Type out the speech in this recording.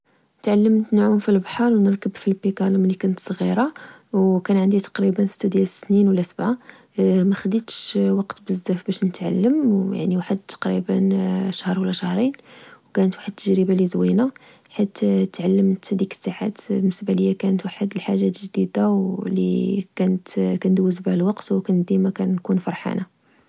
تعلمت نعوم في البحر ونركب في البيكالا ملي كنت صغيره وكان عندي تقريبا ست سنين ولا سبعة ماخدتش وقت بزاف باش نتعلم يعني واحد تقريبا شهر ولا شهرين وكانت واحد التجربة لي زوينة حيت تعلمت ديك الساعات بالنسبة لي كانت واحد الحاجات جديدة وكانت كندوز بها الوقت. وكنت ديما كنكون فرحانة